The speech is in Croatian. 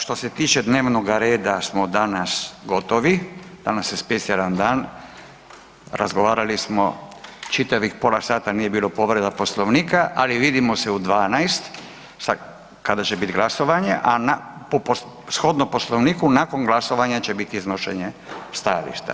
Što se tiče dnevnoga reda smo danas gotovi, danas je specijalan dan, razgovarali smo čitavih pola sata, nije bilo povreda Poslovnika, ali vidimo se u 12 kada će bit glasovanje, a shodno Poslovniku nakon glasovanja će biti iznošenje stajališta.